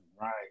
right